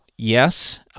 Yes